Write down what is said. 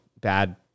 bad